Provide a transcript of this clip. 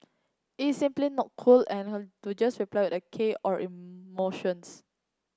it's simply not cool and to just reply a k or emoticons